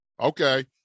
okay